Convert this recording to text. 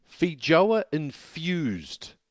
Fijoa-infused